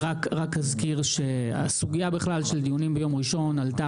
רק אזכיר שהסוגייה של דיונים ביום ראשון עלתה